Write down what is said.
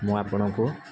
ମୁଁ ଆପଣଙ୍କୁ